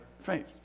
faith